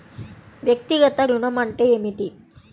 వ్యక్తిగత ఋణం అంటే ఏమిటి?